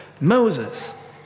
Moses